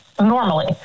normally